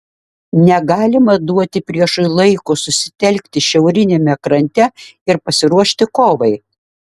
negalima duoti priešui laiko susitelkti šiauriniame krante ir pasiruošti kovai